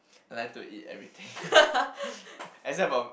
I like to eat everything except for